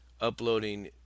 uploading